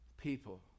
people